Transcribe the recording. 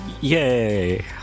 yay